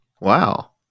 Wow